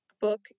book